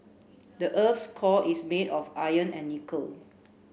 the earth's core is made of iron and nickel